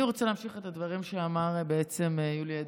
אני רוצה להמשיך את הדברים שאמר בעצם יולי אדלשטיין.